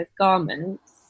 garments